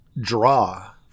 draw